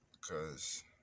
cause